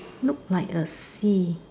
look like a sea